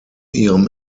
ihrem